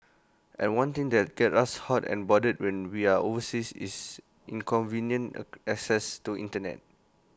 and one thing that gets us hot and bothered when we're overseas is inconvenient access to Internet